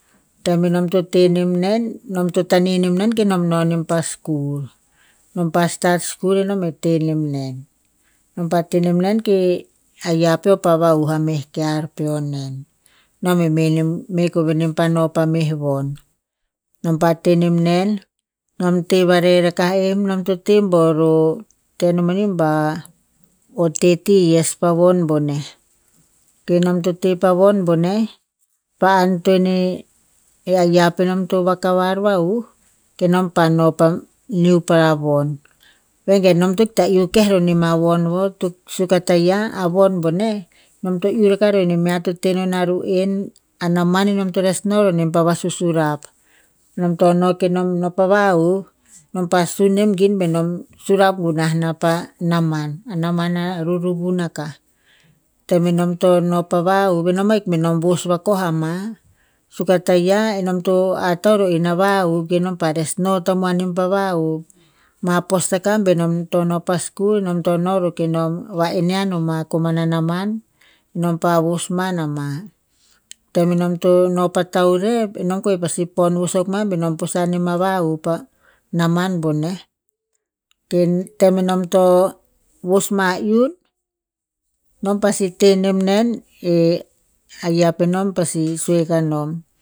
Tem enom to tehnem nen nom to taneh nem nen kenom no pa skul, nom pa stat skul nom e tenem nen. Nom pa teh nem nen e aya peo e va'hu e meh kear peo nen. Nom eh me nem, me koveh nem pa noh pa meh von. Nom pa teh nem nen, nom teh va reh rakar nen, nom to teh bo roh teh a mani ba o thirty years pa von boneh. Kenom to teh pah von boneh pa antoen eh aya penom to vakavar va'hu, kenom pa no pa new para von. Vengen nom to ita iuh keh roh a nem a von vo suk a taia a von boneh, nom to iuh rakar nem ya to tenenah ru'en a naman nom to res no pa va susurap. Nom to no kenom no pa va'huv, nom pa sun nem gin benom surap gunah na pa naman, a naman a ruruvun akah. Tem enom to no pa va'huv enom ahik benom vos vakau ama. Suk ataia enom to atau ru'en a va'huv kenom pa res no tamuan pa va'huv. Ma postakah benom to no pa skul nom to roh kenom va en- enean o ma komana naman nom pa vos man a ma. Tem enom to no pa taurev, enom koveh pasi pon vos akuk ma benom pusan inama va'huv pa naman boneh. Ken tem enom to vosma iun, nom pasi teh nem nen e aya penom pasi sue kanom.